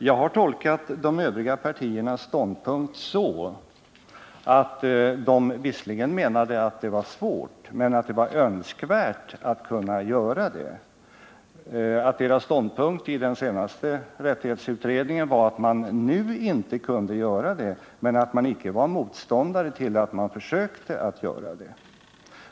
Jag har tolkat de övriga partiernas ståndpunkt så att de visserligen menade att det var svårt att grundlagsskydda alla frioch rättigheter men att det var önskvärt att kunna göra det och att deras ståndpunkt i den senaste rättighetsutredningen var att man nu inte kunnat göra det men att man icke var motståndare till att man försökte göra det.